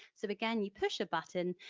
so again you push a button,